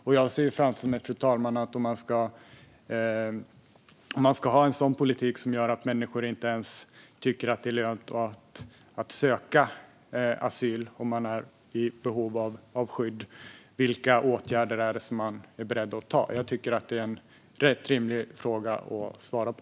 Om man ska ha en sådan politik, fru talman, som alltså gör att människor inte ens tycker att det är lönt att söka asyl här om de är i behov av skydd - vilka åtgärder är man då beredd att vidta? Jag tycker att det är en rätt rimlig fråga för Kristdemokraterna att svara på.